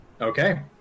Okay